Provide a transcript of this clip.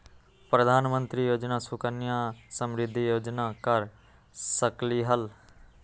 प्रधानमंत्री योजना सुकन्या समृद्धि योजना कर सकलीहल?